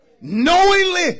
Knowingly